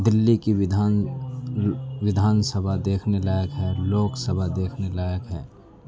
دہلی کی ودھان ودھان سبھا دیکھنے لائق ہے لوک سبھا دیکھنے لائق ہے